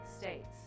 states